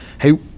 hey